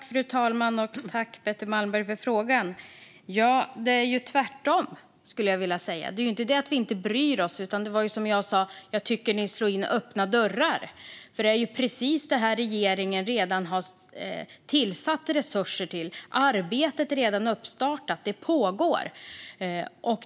Fru talman! Jag tackar Betty Malmberg för frågan. Jag skulle vilja säga att det är tvärtom. Det är inte så att vi inte bryr oss. Som jag sa tycker jag att ni slår in öppna dörrar, Betty Malmberg, för det är ju precis det här som regeringen redan har tillsatt resurser till. Arbetet är redan uppstartat och pågår.